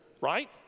Right